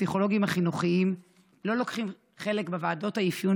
הפסיכולוגים החינוכיים לא לוקחים חלק בוועדות האפיון